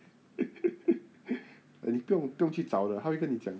啊你不用不用去找的他会跟你讲